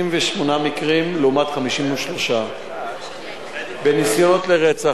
38 מקרים לעומת 53. בניסיונות לרצח,